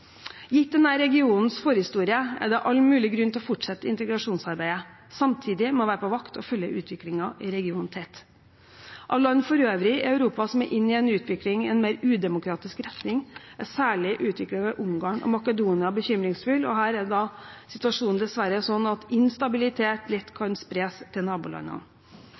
Gitt denne regionens forhistorie er det all mulig grunn til å fortsette integrasjonsarbeidet. Samtidig må vi være på vakt og følge utviklingen i regionen tett. Når det gjelder land for øvrig i Europa som er inne i en utvikling i en mer udemokratisk retning, er særlig utviklingen i Ungarn og Makedonia bekymringsfull, og her er situasjonen dessverre sånn at instabilitet lett kan spres til nabolandene.